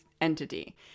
entity